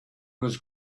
was